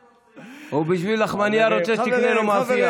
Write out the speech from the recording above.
הוא, בשביל לחמנייה רוצה שתבנה לו מאפייה.